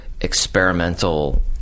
experimental